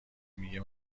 میگه